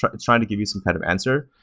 it's trying to give you some kind of answer.